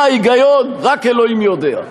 מה ההיגיון, רק אלוהים יודע.